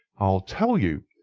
um will tell you.